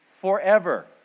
forever